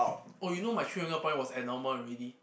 oh you know my three hundred point was abnormal already